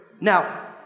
Now